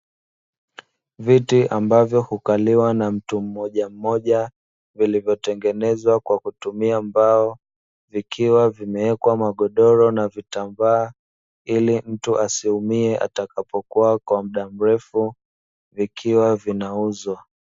Viti ambavyo hukaliwa na mtu mmoja mmoja viliyotengenezwa kwa kutumia mbao, vikiwa vimewekwa magodoro na vitambaa ili mtu asiumie atakapokaa kwa muda mrefu vikiwa vinauzwa.